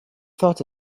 thought